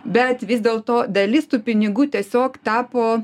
bet vis dėlto dalis tų pinigų tiesiog tapo